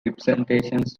representations